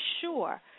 sure